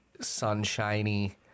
sunshiny